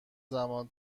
زمان